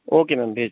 okay ma'am भेज दीजिए आप